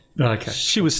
Okay